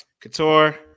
Couture